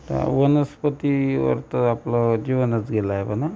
आता वनस्पतीवर तर आपलं जीवनच गेलं आहे म्हणा